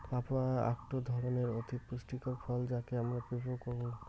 papaya আকটো ধরণের অতি পুষ্টিকর ফল যাকে আমরা পেঁপে কুহ